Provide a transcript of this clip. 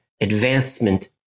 advancement